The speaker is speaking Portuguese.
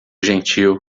gentil